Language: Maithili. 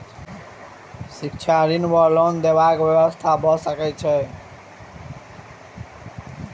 शिक्षा ऋण वा लोन देबाक की व्यवस्था भऽ सकै छै?